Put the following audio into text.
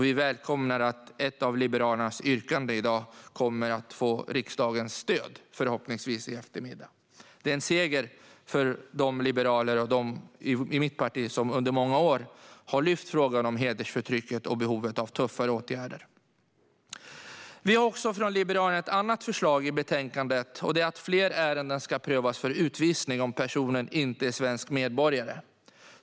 Vi välkomnar att ett av Liberalernas yrkanden i dag kommer att få riksdagens stöd, förhoppningsvis i eftermiddag. Det är en seger för dem i mitt parti som under många år har lyft frågan om hedersförtrycket och behovet av tuffare åtgärder. Vi från Liberalerna har också ett annat förslag i betänkandet, och det är att fler ärenden ska prövas för utvisning om personen inte är svensk medborgare.